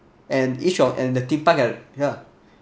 and each of and the theme park had ya